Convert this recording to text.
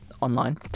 online